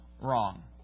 wrong